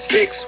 Six